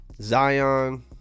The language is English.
Zion